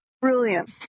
brilliant